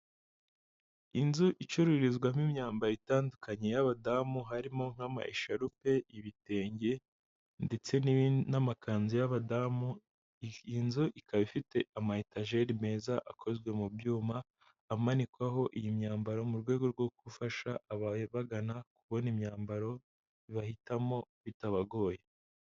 Inzu icururizwamo imyambaro itandukanye y'abadamu harimo nk'ama ensharupe, ibitenge ndetse n'amakanzu y'abadamu, iyi nzu ikaba ifite ama etajeri meza akozwe mu byuma amanikwaho iyi myambaro mu rwego rwo gufasha ababagana kubona imyambaro bahitamo bitabagoye.